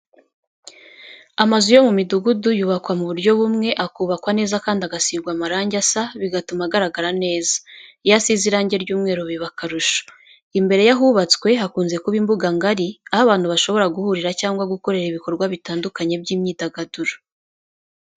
Amazu yo mu midugudu yubakwa mu buryo bumwe, akubakwa neza kandi agasigwa amarangi asa, bigatuma agaragara neza, iyo asize irange ry'umweru biba akarusho. Imbere y'ahubatswe, hakunze kuba imbuga ngari, aho abantu bashobora guhurira cyangwa gukorera ibikorwa bitandukanye by'imyidagaduro.